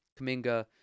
Kaminga